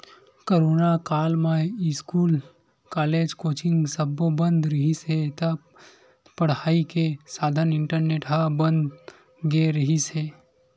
corona काल म school, college, coaching सब्बो बंद रिहिस हे त पड़ई के साधन इंटरनेट ह बन गे रिहिस हे